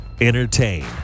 Entertain